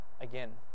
again